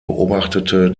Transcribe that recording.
beobachtete